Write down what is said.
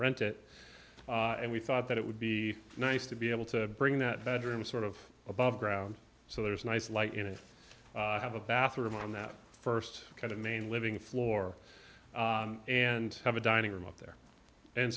rent it and we thought that it would be nice to be able to bring that bedroom sort of above ground so there's a nice light and if you have a bathroom on that first kind of main living floor and have a dining room up there and